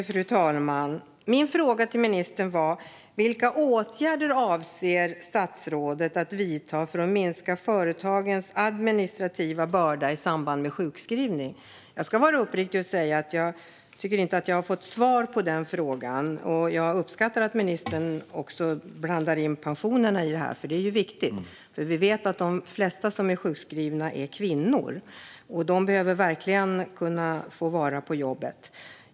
Fru talman! Min fråga till ministern var: Vilka åtgärder avser statsrådet att vidta för att minska företagens administrativa börda i samband med sjukskrivning? Jag ska vara uppriktig och säga att jag inte tycker att jag har fått svar på frågan. Jag uppskattar dock att ministern också blandar in pensionerna i detta, för det är viktigt. Vi vet att de flesta som är sjukskrivna är kvinnor, och de behöver verkligen kunna få vara på jobbet.